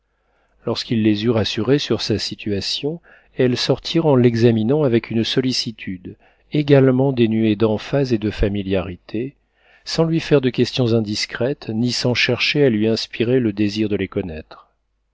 lorsqu'il les eut rassurées sur sa situation elles sortirent en l'examinant avec une sollicitude également dénuée d'emphase et de familiarité sans lui faire de questions indiscrètes ni sans chercher à lui inspirer le désir de les connaître